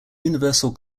universal